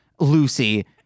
lucy